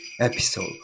episode